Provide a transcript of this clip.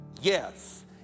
Yes